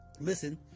listen